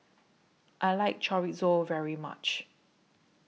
I like Chorizo very much